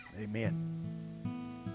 Amen